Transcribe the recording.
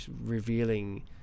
revealing